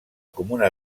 comuna